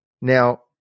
Now